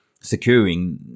securing